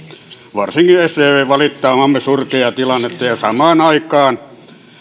varsinkin sdp valittaa maamme surkeaa tilannetta ja samaan aikaan